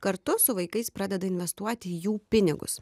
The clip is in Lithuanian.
kartu su vaikais pradeda investuoti jų pinigus